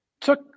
Took